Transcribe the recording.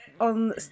On